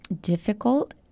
difficult